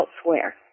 elsewhere